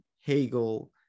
Hegel